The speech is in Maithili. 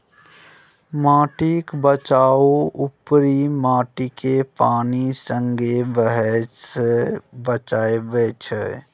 माटिक बचाउ उपरी माटिकेँ पानि संगे बहय सँ बचाएब छै